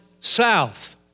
south